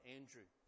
Andrew